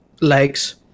legs